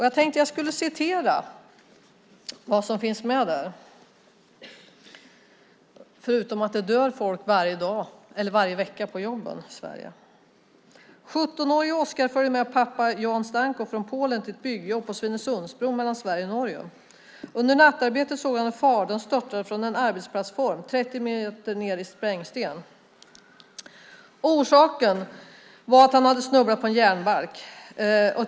Jag tänkte jag skulle citera något av vad som finns med där, förutom att det dör folk varje vecka på jobben i Sverige: 17-årige Oskar följde med pappa Jan Stanko från Polen till ett byggjobb på Svinesundsbron mellan Sverige och Norge. Under nattarbete såg han hur fadern störtade från en arbetsplattform 30 meter ned i sprängsten. Orsaken var att han hade snubblat på en järnbalk.